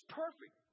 perfect